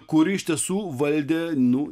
kuri iš tiesų valdė nu